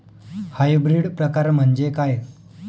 Hybrid प्रकार म्हणजे काय?